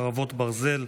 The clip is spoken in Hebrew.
חרָבוֹת ברזל)